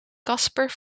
kasper